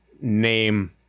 name